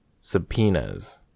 Subpoenas